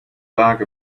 bag